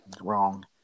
Wrong